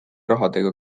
rahadega